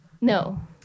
No